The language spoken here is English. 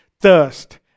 thirst